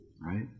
right